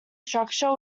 structure